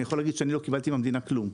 אני יכול להגיד שאני לא קיבלתי מהמדינה כלום.